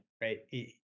right